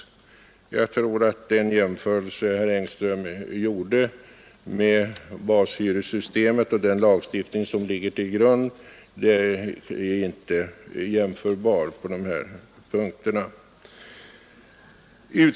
Jag tror att den jämförelse som herr Engström gjorde med bashyresystemet och den lagstiftning som ligger till grund för detta och den speciallagstiftning, som vpk-motionen hemställer om inte är relevant.